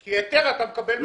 כי היתר אתה מקבל מהמועצה.